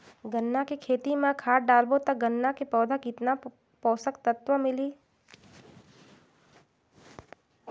गन्ना के खेती मां खाद डालबो ता गन्ना के पौधा कितन पोषक तत्व मिलही?